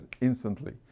instantly